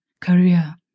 career